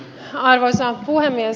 arvoisa puhemies